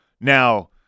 Now